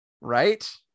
Right